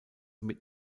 mit